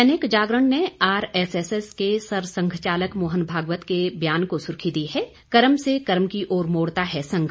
दैनिक जागरण ने आरएसएस के सरसंघचालक मोहन भागवत के बयान को सुर्खी दी है कर्म से कर्म की ओर मोड़ता है संघ